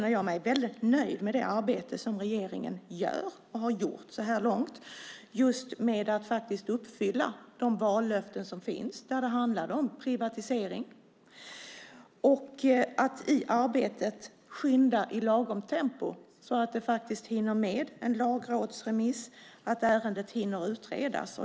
Jag är nöjd med det arbete som regeringen gör och har gjort så här långt med Post och telestyrelsen. Det handlar om att uppfylla vallöftena om privatisering. I arbetet skyndar man i lagom tempo så att man hinner med en lagrådsremiss och ärendet hinner utredas.